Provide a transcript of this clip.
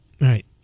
Right